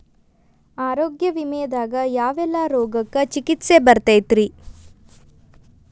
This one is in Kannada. ಆರೋಗ್ಯ ವಿಮೆದಾಗ ಯಾವೆಲ್ಲ ರೋಗಕ್ಕ ಚಿಕಿತ್ಸಿ ಬರ್ತೈತ್ರಿ?